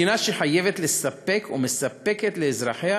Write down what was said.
מדינה שחייבת לספק או מספקת לאזרחיה